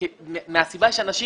מהסיבה שאנשים,